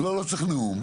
לא צריך נאום.